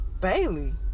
Bailey